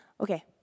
Okay